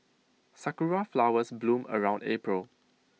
Sakura Flowers bloom around April